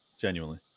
genuinely